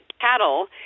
cattle